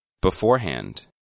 Beforehand